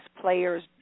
players